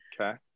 Okay